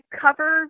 cover